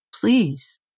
Please